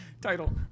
Title